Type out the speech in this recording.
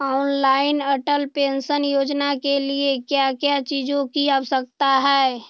Online Atal pension Yojana के लिए क्या क्या चीजों की आवश्यकता है?